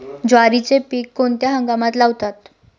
ज्वारीचे पीक कोणत्या हंगामात लावतात?